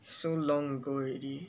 so long ago already